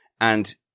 And-